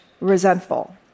resentful